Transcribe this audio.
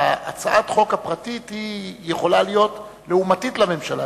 הצעת החוק הפרטית יכולה להיות לעומתית לממשלה.